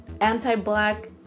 anti-black